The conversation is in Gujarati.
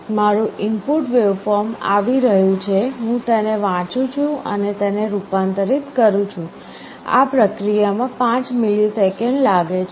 મારું ઇનપુટ વેવફોર્મ આવી રહ્યું છે હું તેને વાંચું છું અને તેને રૂપાંતરિત કરું છું આ પ્રક્રિયામાં 5 મિલિસેકંડ લાગે છે